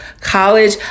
college